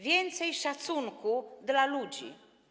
Więcej szacunku dla ludzi.